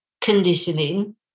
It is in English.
conditioning